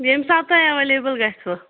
ییٚمہِ ساتہٕ تۄہہِ ایٚویلیبُل گَژھوٕ